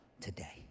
today